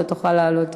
אתה תוכל לעלות.